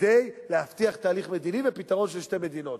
כדי להבטיח תהליך מדיני ופתרון של שתי מדינות,